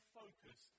focus